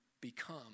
become